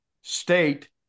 state